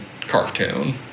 Cartoon